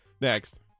Next